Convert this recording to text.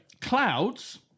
Clouds